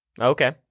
Okay